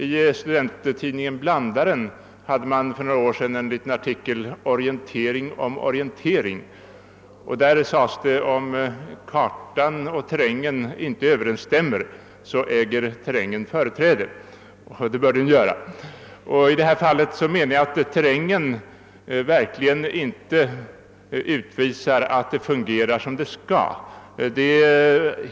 I studenttidningen Blandaren hade man för några år sedan en liten artikel »Orientering om orientering». Där sades det att om kartan och terrängen inte överensstämmer äger terrängen företräde, och det bör den ju göra. I detta fall menar jag att terrängen verkligen inte utvisar att det hela fungerar som det skall.